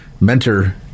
mentor